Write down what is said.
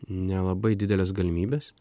nelabai didelės galimybės